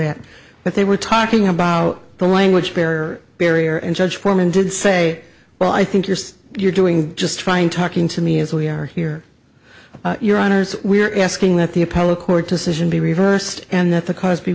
at but they were talking about the language barrier barrier and judge foreman did say well i think you're you're doing just fine talking to me as we are here your honors we're asking that the appellate court decision be reversed and th